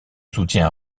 soutien